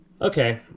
Okay